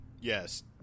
yes